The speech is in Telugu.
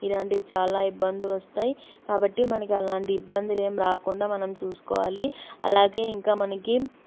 ఇలాంటివి చాలా ఇబ్బందులోస్తాయి కాబట్టి మనకి అలాంటి ఇబ్బందులు ఏం రాకుండా మనం చూసుకోవాలి అలాగే ఇంకా మనకి